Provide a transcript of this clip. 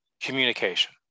communication